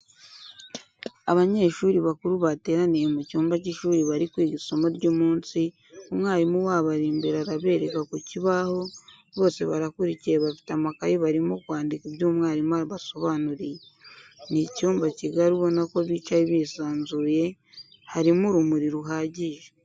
Abanyeshuri bakuru bateraniye mu cyumba cy'ishuri bari kwiga isomo ry'umunsi, umwalimu wabo ari imbere arabereka ku kibaho, bose barakurikiye bafite amakaye barimo kwandika ibyo umwalimu abasobanuriye. Ni icyumba kigari ubona ko bicaye bisanzuye, harimo urumuri ruhagije.